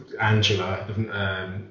Angela